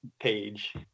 page